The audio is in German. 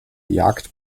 jagd